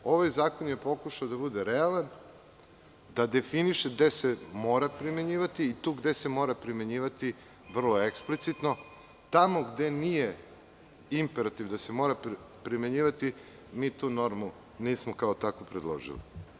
Ovaj zakon je pokušao da bude realan, da definiše gde se mora primenjivati i to gde se mora primenjivati vrlo eksplicitno, a tamo gde nije imperativ da se mora primenjivati, mi tu normu nismo kao takvu predložili.